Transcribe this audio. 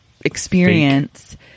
experience